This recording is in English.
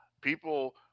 People